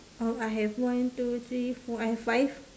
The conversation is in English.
oh I have one two three four I have five